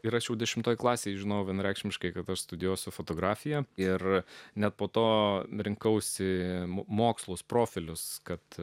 ir aš jau dešimtoje klasėje žinojau vienareikšmiškai kad aš studijuosiu fotografiją ir net po to rinkausi mokslus profilius kad